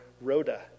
Rhoda